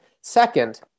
Second